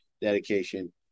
dedication